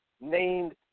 named